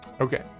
Okay